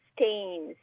stains